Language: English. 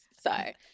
Sorry